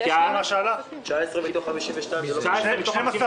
19 מתוך 52 זה קצת יותר